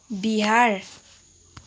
Bihar